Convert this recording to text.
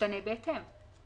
ישתנה בהתאם.